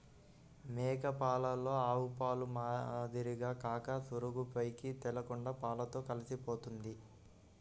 మేక పాలలో ఆవుపాల మాదిరిగా కాక నురుగు పైకి తేలకుండా పాలతో కలిసిపోతుంది